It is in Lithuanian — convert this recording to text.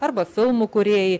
arba filmų kūrėjai